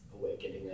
awakening